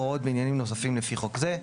הוראות בעניינים נוספים לפי חוק זה,